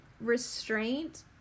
restraint